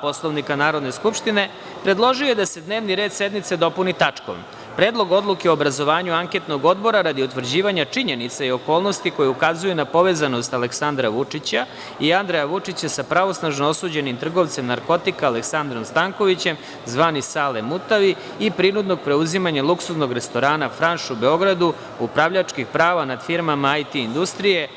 Poslovnika Narodne skupštine, predložio je da se dnevni red sednice dopuni tačkom – Predlog odluke o obrazovanju Anketnog odbora radi utvrđivanja činjenica i okolnosti koje ukazuju na povezanost Aleksandra Vučića i Andreja Vučića sa pravosnažno osuđenim trgovcem narkotika Aleksandrom Stankovićem, zvani Sale Mutavi i prinudnog preuzimanja luksuznog restorana „Franš“ u Beogradu, upravljačkih prava nad firmama IT industrije